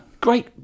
Great